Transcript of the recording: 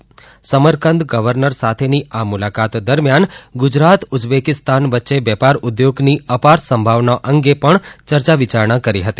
તેમણે Samarkand governor સાથે ની આ મુલાકાત બેઠક દરમ્યાન ગુજરાત ઉઝબેકિસ્તાન વચ્ચે વેપાર ઉદ્યોગ ની અપાર સંભાવનાઓ અંગે પણ યર્યા વિયારણા કરી હતી